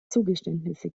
zugeständnisse